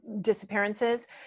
disappearances